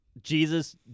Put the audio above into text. Jesus